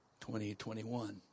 2021